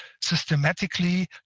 systematically